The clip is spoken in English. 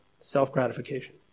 Self-gratification